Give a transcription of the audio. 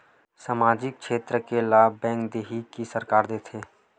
सामाजिक क्षेत्र के लाभ बैंक देही कि सरकार देथे?